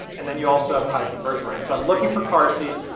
and then you also have high conversion rates. so i'm looking for car seats,